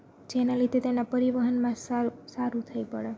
જેના લીધે તેના પરિવહનમાં સારું થઈ પડે